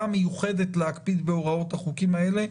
המיוחדת להקפיד בהוראות החוקים האלה,